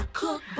cook